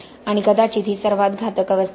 आणि कदाचित ही सर्वात घातक अवस्था आहे